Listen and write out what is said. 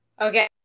Okay